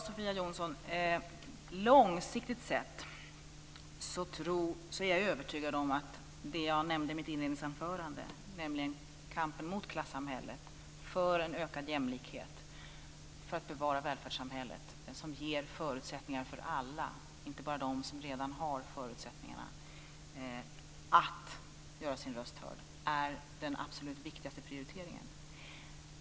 Herr talman! Långsiktigt sett, Sofia Jonsson, är jag övertygad om att det jag nämnde i mitt inledningsanförande, nämligen kampen mot klassamhället, för en ökad jämlikhet för att bevara välfärdssamhället som ger förutsättningar för alla och inte bara dem som redan har förutsättningarna att göra sin röst hörd, är den absolut viktigaste prioriteringen.